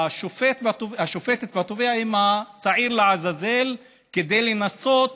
שהשופטת והתובע יהיו שעיר לעזאזל, כדי לנסות